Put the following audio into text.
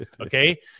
okay